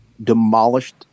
demolished